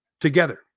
Together